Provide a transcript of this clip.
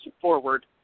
forward